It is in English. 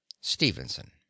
Stevenson